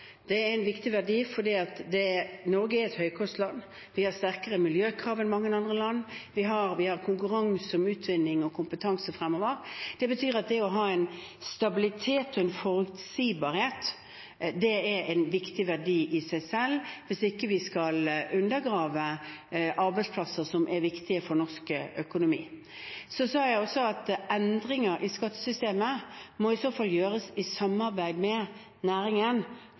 Det er en viktig verdi fordi Norge er et høykostland. Vi har sterkere miljøkrav enn mange andre land, og vi har konkurranse om utvinning og kompetanse fremover. Det betyr at det å ha en stabilitet og en forutsigbarhet er en viktig verdi i seg selv hvis vi ikke skal undergrave arbeidsplasser som er viktige for norsk økonomi. Jeg sa også at for å finne endringer i skattesystemet må vi i så fall samarbeide med næringen. Det mener jeg er viktig, for denne stabiliteten som vi bidrar med